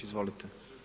Izvolite.